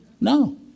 no